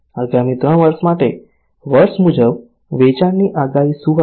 આગામી 3 વર્ષ માટે વર્ષ મુજબ વેચાણની આગાહી શું હશે